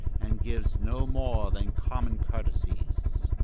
and gives no more than common courtesies.